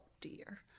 dear